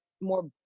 more